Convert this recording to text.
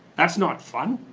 that's not fun.